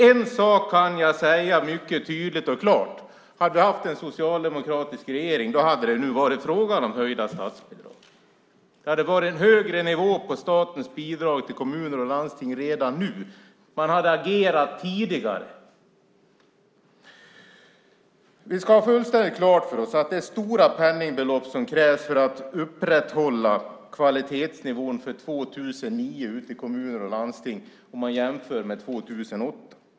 En sak kan jag säga mycket tydligt och klart: Hade vi haft en socialdemokratisk regering hade det nu varit fråga om höjda statsbidrag. Det hade varit en högre nivå på statens bidrag till kommuner och landsting redan nu. Man hade agerat tidigare. Vi ska ha fullständigt klart för oss att det är stora penningbelopp som krävs för att upprätthålla kvalitetsnivån för 2009 ute i kommuner och landsting om man jämför med 2008.